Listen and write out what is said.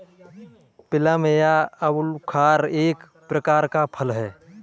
plum या आलूबुखारा एक प्रकार का फल है